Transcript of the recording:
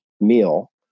meal